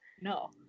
no